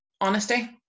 honesty